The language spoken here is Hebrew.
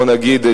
בוא נגיד,